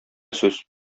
сүз